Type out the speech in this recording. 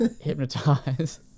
hypnotize